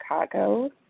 Chicago